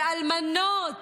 באלמנות,